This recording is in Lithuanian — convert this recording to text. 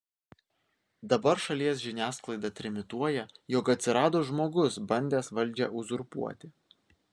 dabar šalies žiniasklaida trimituoja jog atsirado žmogus bandęs valdžią uzurpuoti